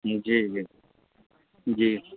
जी जी जी